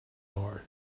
are